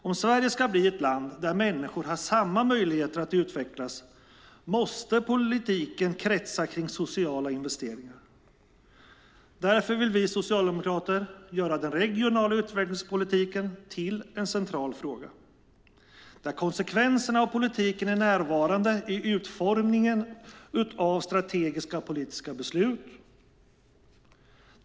Om Sverige ska bli ett land där människor har samma möjligheter att utvecklas måste politiken kretsa kring sociala investeringar. Därför vill vi socialdemokrater göra den regionala utvecklingspolitiken till en central fråga, där konsekvenserna av politiken är närvarande i utformningen av strategiska politiska beslut.